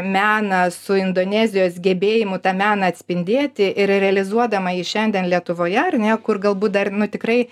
meną su indonezijos gebėjimu tą meną atspindėti ir realizuodama jį šiandien lietuvoje ar ne kur galbūt dar nu tikrai